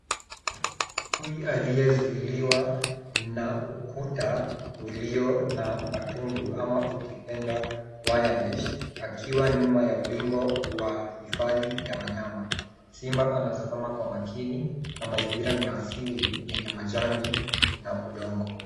Chui aliyezuiliwa na ukuta ulio na matundu ama ukipenda wire mesh akiwa nyuma ya ulingo wa hifadhi ya wanyama. Simba anatzama kwa makini na mazingira ni ya asili yenye majani na udongo.